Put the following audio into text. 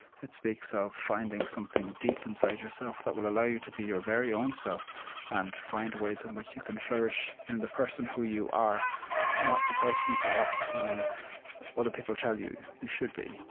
it speaks of finding something deep inside yourself that will allow you to be your very own self and find ways in which you can flourish in the person who you are not the person, perhaps, who other people tell you you should be,